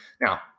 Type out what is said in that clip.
Now